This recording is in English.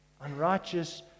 Unrighteous